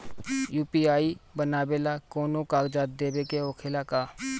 UPI बनावेला कौनो कागजात देवे के होखेला का?